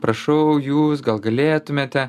prašau jūs gal galėtumėte